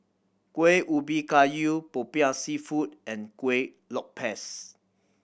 Kuih Ubi Kayu Popiah Seafood and Kueh Lopes